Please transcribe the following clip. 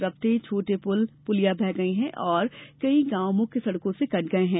रपटे छोटे पुल पुलिया बह गई है और कई गाँव मुख्य सड़कों से कट गए हैं